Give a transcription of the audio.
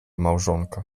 małżonka